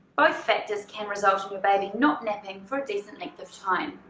both factors can result in your baby not napping for a decent length of time.